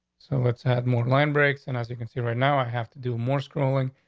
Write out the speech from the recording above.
so let's have more line breaks. and as you can see right now, i have to do more scrolling.